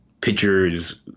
Pictures